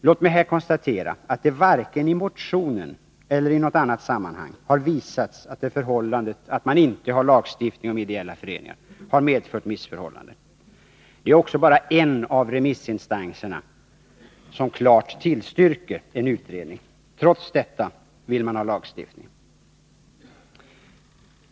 Låt mig här konstatera att det varken i motionen eller i något annat sammanhang har visat sig att det förhållandet att vi inte har lagstiftning om ideella föreningar har medfört missförhållanden. Det är också bara en av remissinstanserna som klart tillstyrker en utredning. Detta till trots vill moderaterna ha lagstiftning.